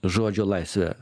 žodžio laisvė